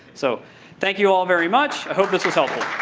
so thank you, all, very much. i hope this was helpful.